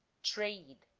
trade